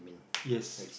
yes